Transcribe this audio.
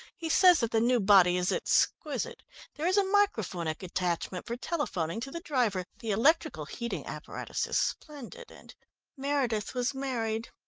he says that the new body is exquisite. there is a micraphonic attachment for telephoning to the driver, the electrical heating apparatus is splendid and meredith was married.